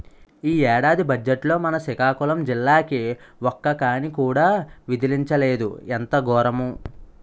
ఈ ఏడాది బజ్జెట్లో మన సికాకులం జిల్లాకి ఒక్క కానీ కూడా విదిలించలేదు ఎంత గోరము